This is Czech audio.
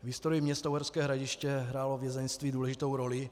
V historii města Uherské Hradiště hrálo vězeňství důležitou roli.